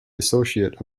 associate